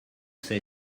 say